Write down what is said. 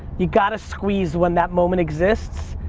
you gotta squeeze when that moment exists.